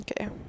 Okay